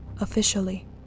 officially